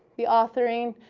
the authoring,